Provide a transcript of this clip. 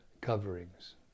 coverings